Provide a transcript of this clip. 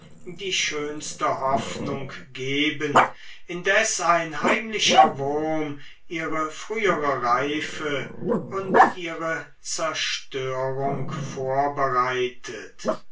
die schönste hoffnung geben indes ein heimlicher wurm ihre frühere reife und ihre zerstörung vorbereitet